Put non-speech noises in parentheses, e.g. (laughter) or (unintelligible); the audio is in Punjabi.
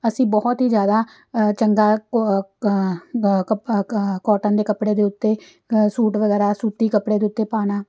ਅਸੀਂ ਬਹੁਤ ਹੀ ਜ਼ਿਆਦਾ ਚੰਗਾ (unintelligible) ਕੋਟਨ ਦੇ ਕੱਪੜੇ ਦੇ ਉੱਤੇ ਸੂਟ ਵਗੈਰਾ ਸੂਤੀ ਕੱਪੜੇ ਦੇ ਉੱਤੇ ਪਾਉਣਾ